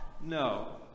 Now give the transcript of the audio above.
No